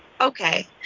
Okay